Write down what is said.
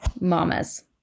mamas